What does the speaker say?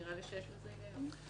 נראה לי שיש בזה היגיון.